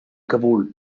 kabul